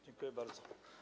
Dziękuję bardzo.